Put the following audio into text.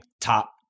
top